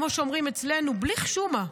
כמו שאומרים אצלנו בלי חשומה,